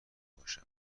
باشم